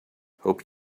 hope